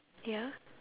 ya